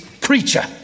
creature